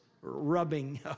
rubbing